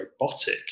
robotic